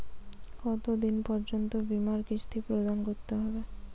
কতো দিন পর্যন্ত বিমার কিস্তি প্রদান করতে হবে?